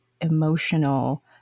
emotional